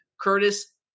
Curtis